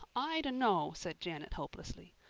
i dunno, said janet hopelessly.